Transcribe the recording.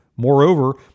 Moreover